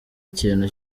ikintu